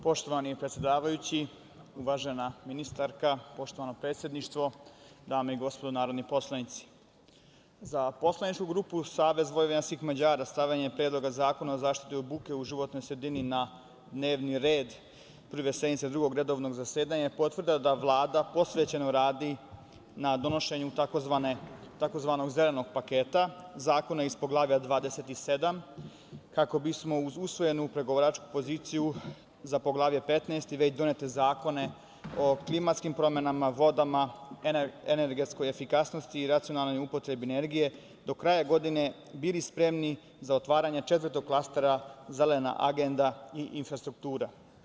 Poštovani predsedavajući, uvažena ministarka, poštovano predsedništvo, dame i gospodo narodni poslanici, za poslaničku grupu Savez vojvođanskih Mađara stavljanje Predloga zakona o zaštiti od buke u životnoj sredini na dnevni red Prve sednice Drugog redovnog zasedanja je potvrda da Vlada posvećeno radi na donošenju tzv. zelenog paketa zakona iz Poglavlja 27, kako bismo uz usvojenu pregovaračku poziciju za Poglavlje 15 i već donete zakone o klimatskim promenama, vodama, energetskoj efikasnosti i racionalnoj upotrebi energije do kraja godine bili spremni za otvaranje Četvrtog klastera – Zelena agenda i infrastruktura.